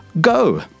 go